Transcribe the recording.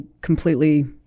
completely